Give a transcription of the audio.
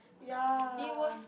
ya